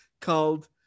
called